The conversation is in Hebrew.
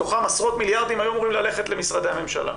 מתוכם עשרות מיליארדים היו אמורים ללכת למשרדי הממשלה.